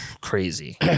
Crazy